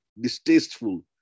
distasteful